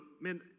man